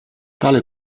tale